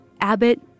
Abbott